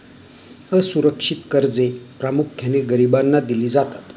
असुरक्षित कर्जे प्रामुख्याने गरिबांना दिली जातात